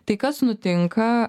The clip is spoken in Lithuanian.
tai kas nutinka